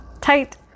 Tight